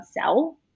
sell